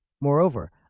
Moreover